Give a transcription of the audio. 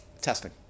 testing